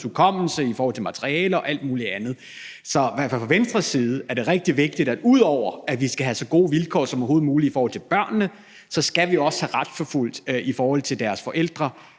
hukommelse, materiale og alt muligt andet. Så for Venstre er det rigtig vigtigt, at vi, ud over at vi skal have så gode vilkår som overhovedet muligt i forhold til børnene, også skal have retsforfulgt deres forældre